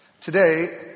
Today